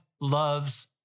loves